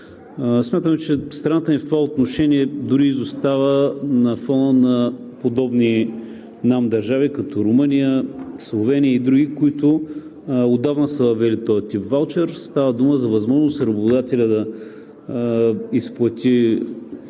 Смятам, че страната ни в това отношение дори изостава на фона на подобни нам държави като Румъния, Словения и други, които отдавна са въвели този тип ваучер. Става дума за възможност работодателят да изплати